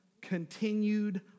Continued